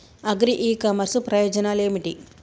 Agri e commerce ప్రయోజనాలు ఏమిటి?